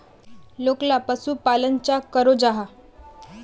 लोकला पशुपालन चाँ करो जाहा?